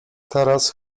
teraz